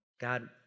God